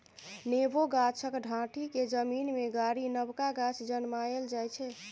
नेबो गाछक डांढ़ि केँ जमीन मे गारि नबका गाछ जनमाएल जाइ छै